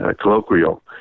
colloquial